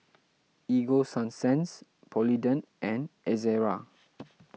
Ego Sunsense Polident and Ezerra